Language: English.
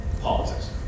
politics